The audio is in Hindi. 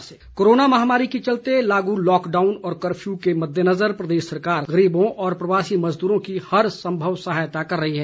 राशन कार्ड कोरोना महामारी के चलते लागू लॉकडाउन व कफ्यू के मददेनजर प्रदेश सरकार गरीबों व प्रवासी मजदूरों की हर संभव सहायता कर रही है